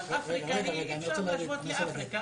אבל אי אפשר להשוות לאפריקה.